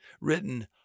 written